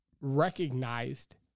recognized